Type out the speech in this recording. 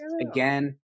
Again